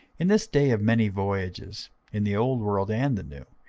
in this day of many voyages, in the old world and the new,